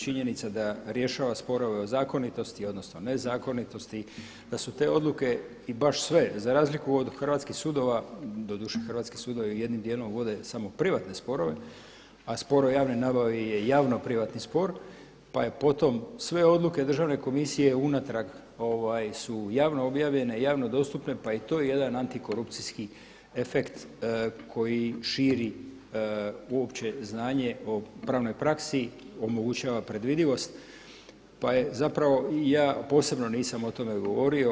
Činjenica da rješava sporove o zakonitosti, odnosno nezakonitosti, da su te odluke i baš sve za razliku od hrvatskih sudova, doduše hrvatskih sudovi jednim dijelom vode samo privatne sporove, a spor o javnoj nabavi je javno privatni spor, pa je potom sve odluke Državne komisije unatrag su javno objavljene, javno dostupne pa je i to jedan antikorupcijski efekt koji širi uopće znanje o pravnoj praksi, omogućava predvidivost, pa je zapravo, ja posebno nisam o tome govorio.